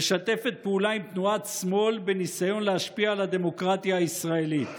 משתפת פעולה עם תנועת שמאל בניסיון להשפיע על הדמוקרטיה הישראלית.